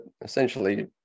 essentially